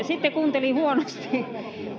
sitten kuuntelin huonosti